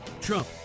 Trump